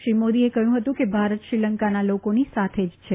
શ્રી મોદીએ કહ્યું ફતું કે ભારત શ્રીલંકાના લોકોની સાથે જ છે